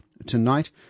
Tonight